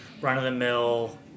run-of-the-mill